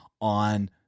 on